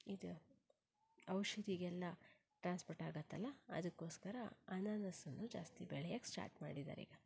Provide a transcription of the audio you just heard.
ಇದು ಔಷಧಿಗೆಲ್ಲ ಟ್ರಾನ್ಸ್ಪೋರ್ಟ್ ಆಗುತ್ತಲ್ಲ ಅದಕೋಸ್ಕರ ಅನಾನಸನ್ನು ಜಾಸ್ತಿ ಬೆಳಿಯಕ್ಕೆ ಸ್ಟಾರ್ಟ್ ಮಾಡಿದಾರೆ ಈಗ